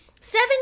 seven